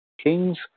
Kings